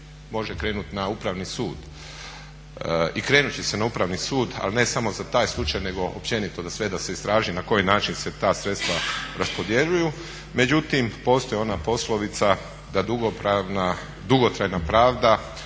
može krenut na upravni sud i krenut će se na upravni sud, ali ne samo za taj slučaj nego općenito za sve da se istraži na koji način se ta sredstva raspodjeljuju. Međutim postoji ona poslovica da dugotrajna pravda